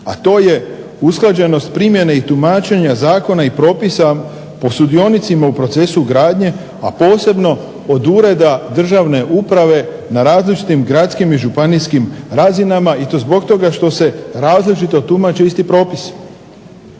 A to je usklađenost primjene i tumačenja zakona i propisa po sudionicima u procesu gradnje, a posebno od ureda državne uprave na različitim gradskim i županijskim razinama i to zbog toga što se različito tumače isti propisi.